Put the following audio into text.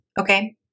Okay